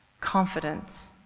confidence